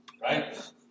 right